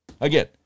again